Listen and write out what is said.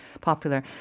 popular